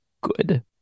good